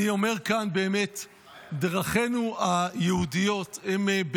אני אומר כאן: דרכינו היהודיות הן,